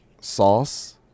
Sauce